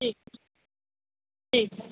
ठीक ठीक है